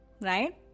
right